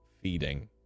feeding